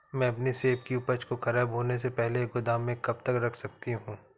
मैं अपनी सेब की उपज को ख़राब होने से पहले गोदाम में कब तक रख सकती हूँ?